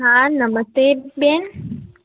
હા નમસ્તે બેન